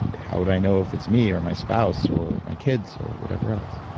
how would i know if it's me or my spouse or my kids or whatever else?